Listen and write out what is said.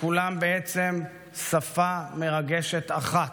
כולן בעצם שפה מרגשת אחת: